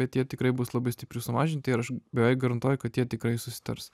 bet jie tikrai bus labai stipriai sumažinti ir aš beveik garantuoju kad jie tikrai susitars